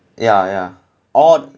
ya ya or